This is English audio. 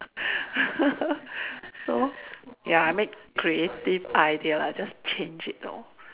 so ya I make creative idea I just change it lor